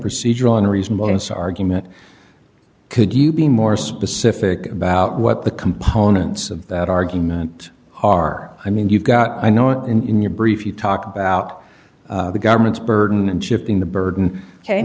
procedural unreasonableness argument could you be more specific about what the components of that argument are i mean you've got i know in your brief you talk about the government's burden and shifting the burden